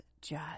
judge